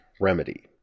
remedy